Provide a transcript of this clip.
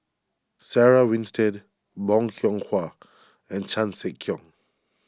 Sarah Winstedt Bong Hiong Hwa and Chan Sek Keong